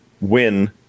win